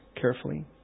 carefully